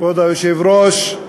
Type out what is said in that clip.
כבוד היושב-ראש,